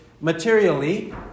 materially